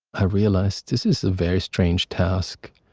i realized this is a very strange task.